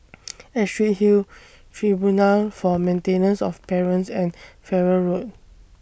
Astrid Hill Tribunal For Maintenance of Parents and Farrer Road